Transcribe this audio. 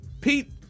Pete